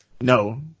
No